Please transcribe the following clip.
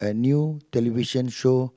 a new television show